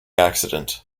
accident